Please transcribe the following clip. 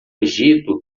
egito